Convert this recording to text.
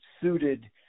suited